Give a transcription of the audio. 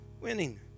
winning